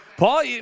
Paul